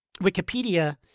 Wikipedia